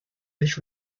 was